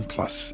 Plus